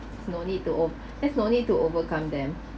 no need o~ there's no need to overcome them